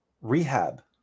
rehab